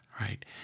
right